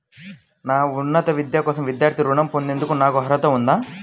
నా ఉన్నత విద్య కోసం విద్యార్థి రుణం పొందేందుకు నాకు అర్హత ఉందా?